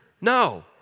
No